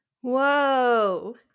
Whoa